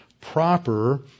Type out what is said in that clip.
proper